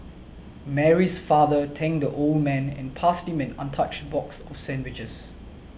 Mary's father thanked the old man and passed him an untouched box of sandwiches